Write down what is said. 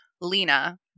Lena